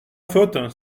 faute